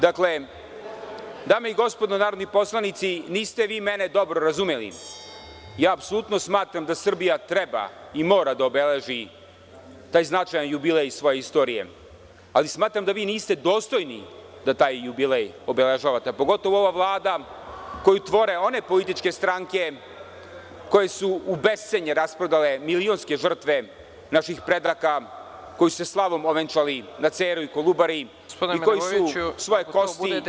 Dame i gospodo narodni poslanici, niste vi mene dobro razumeli, apsolutno smatram da Srbija treba i mora da obeleži taj značajan jubilej svoje istorije, ali smatram da vi niste dostojni da taj jubilej obeležavate, a pogotovo ova Vlada koju tvore one političke stranke koje su u bescenje rasprodale milionske žrtve naših predaka koji su slavom ovenčani na Ceru i Kolubari i koji su svoje kosti…